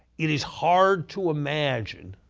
it is hard to imagine